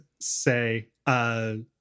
say